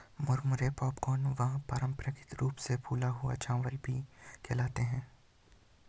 मुरमुरे पॉपकॉर्न व पारम्परिक रूप से फूला हुआ चावल भी कहते है